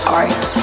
art